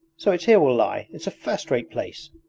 so it's here we'll lie. it's a first-rate place